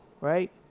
right